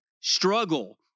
struggle